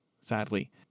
sadly